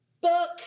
book